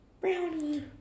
Brownie